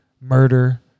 murder